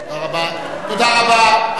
תודה רבה.